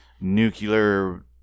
nuclear